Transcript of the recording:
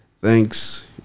Thanks